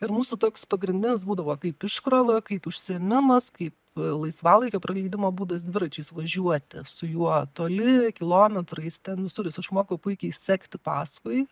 ir mūsų toks pagrindinis būdavo kaip iškrova kaip užsiėmimas kaip laisvalaikio praleidimo būdas dviračiais važiuoti su juo toli kilometrais ten visur jis išmoko puikiai sekti paskui